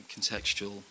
contextual